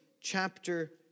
chapter